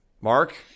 Mark